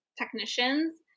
technicians